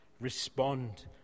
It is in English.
respond